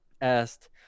asked